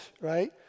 right